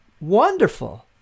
wonderful